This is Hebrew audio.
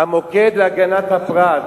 "המוקד להגנת הפרט".